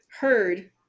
heard